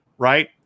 right